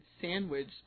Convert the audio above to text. sandwich